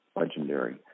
legendary